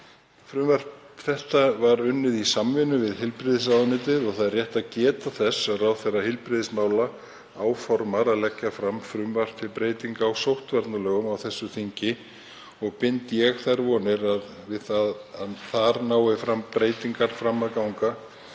Frumvarp þetta var unnið í samvinnu við heilbrigðisráðuneytið og er rétt að geta þess að ráðherra heilbrigðismála áformar að leggja fram frumvarp til breytinga á sóttvarnalögum á þessu þingi. Bind ég vonir við að þar nái þær breytingar fram að ganga